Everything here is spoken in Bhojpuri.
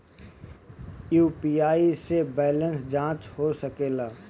यू.पी.आई से बैलेंस जाँच हो सके ला?